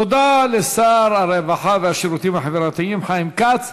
תודה לשר הרווחה והשירותים החברתיים חיים כץ.